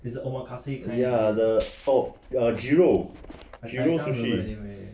ya the fog err zero zero sushi